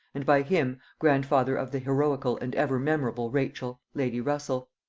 and by him, grandfather of the heroical and ever-memorable rachel lady russel.